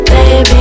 Baby